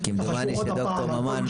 תבקרו עוד הפעם,